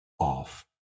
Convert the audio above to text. off